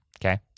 Okay